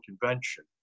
Convention